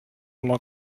oma